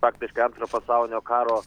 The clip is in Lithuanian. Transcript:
faktiškai antro pasaulinio karo